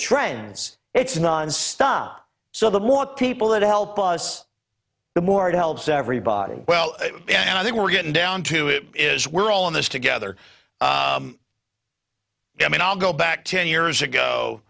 trends it's nonstop so the more people that help us the more it helps everybody well i think we're getting down to it is we're all in this together i mean i'll go back ten years ago